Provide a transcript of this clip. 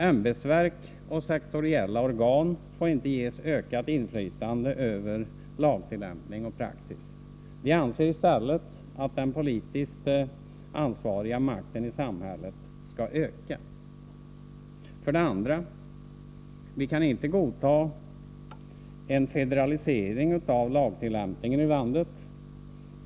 Ämbetsverk och sektoriella organ får inte ges ökat inflytande över lagtillämpning och praxis. Vi anser i stället att den politiskt ansvariga makten i samhället skall ökas. 2. Vi kan inte godta en federalisering av lagtillämpningen i landet.